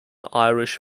irish